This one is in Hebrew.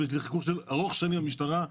יש לי קשר ארוך שנים עם המשטרה,